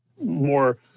more